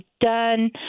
done